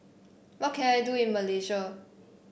what can I do in Malaysia